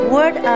Word